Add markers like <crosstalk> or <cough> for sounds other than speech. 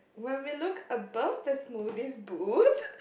when we look above the smoothie's booth <laughs>